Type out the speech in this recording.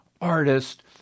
artist